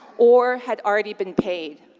or had already been paid.